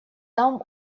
там